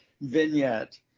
vignette